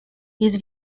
jest